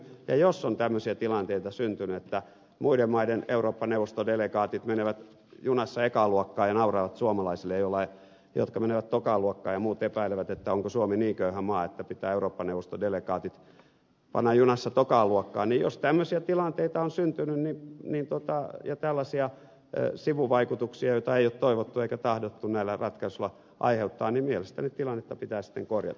ja jos on tämmöisiä tilanteita syntynyt että muiden maiden eurooppa neuvoston delegaatit menevät junassa ekaan luokkaan ja nauravat suomalaisille jotka menevät tokaan luokkaan ja muut epäilevät onko suomi niin köyhä maa että pitää eurooppa neuvoston delegaatit panna junassa tokaan luokkaanni jos tämmöisiä tilanteita on sen todellinen luokkaan ja tällaisia sivuvaikutuksia joita ei ole toivottu eikä tahdottu näillä ratkaisuilla aiheuttaa niin mielestäni tilannetta pitää sitten korjata